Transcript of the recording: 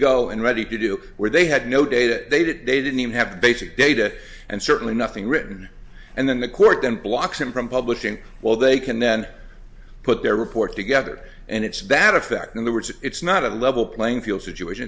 ready to do were they had no data they didn't they didn't even have basic data and certainly nothing written and then the court didn't blocks him from publishing well they can then put their report together and it's that effect in the words it's not a level playing field situation